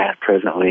presently